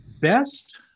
best